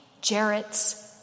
Jarrett's